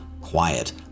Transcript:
quiet